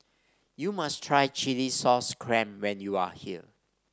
you must try chilli sauce clam when you are here